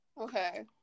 Okay